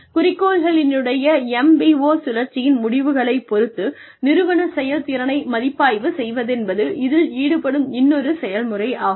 குறிக்கோள்களினுடைய MBO சுழற்சியின் முடிவுகளை பொறுத்து நிறுவன செயல்திறனை மதிப்பாய்வு செய்வதென்பது இதில் ஈடுபடும் இன்னொரு செயல்முறை ஆகும்